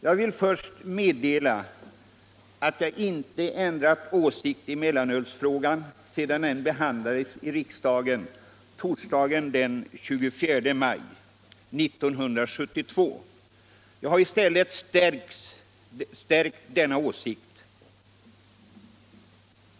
Jag vill först meddela att jag inte ändrat åsikt i mellanölsfrågan sedan den behandlades i riksdagen torsdagen den 24 maj 1972. I stället har jag stärkts i min åsikt.